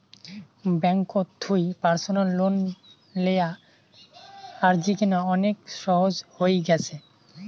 ব্যাঙ্ককোত থুই personal loan লেয়া আজিকেনা অনেক সহজ হই গ্যাছে